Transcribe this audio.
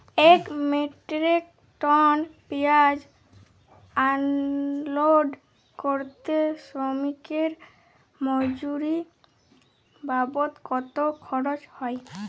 এক metric ton পেঁয়াজ unload করতে শ্রমিকের মজুরি বাবদ কত খরচ হয়?